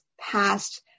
past